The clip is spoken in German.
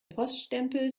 poststempel